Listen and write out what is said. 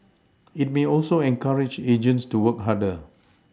it may also encourage agents to work harder